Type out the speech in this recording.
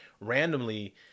randomly